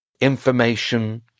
information